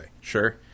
Sure